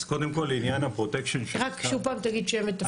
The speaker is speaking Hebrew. אז קודם כל לעניין הפרוטקשן --- רק שוב פעם תגיד שם ותפקיד.